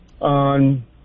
on